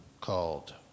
called